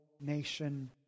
nation